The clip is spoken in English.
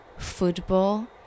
Football